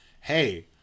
hey